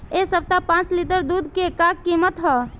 एह सप्ताह पाँच लीटर दुध के का किमत ह?